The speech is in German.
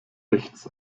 rechts